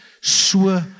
sure